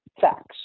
FACTS